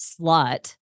slut